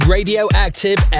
Radioactive